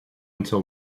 until